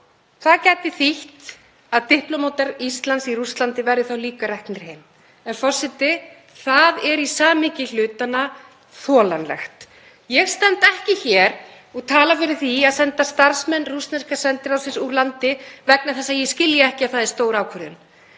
það gæti þýtt að diplómatar Íslands í Rússlandi verði þá líka reknir heim. En forseti. Það er í samhengi hlutanna þolanlegt. Ég stend ekki hér og tala fyrir því að senda starfsmenn rússneska sendiráðsins úr landi vegna þess að ég skilji ekki að það er stór ákvörðun.